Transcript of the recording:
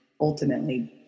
ultimately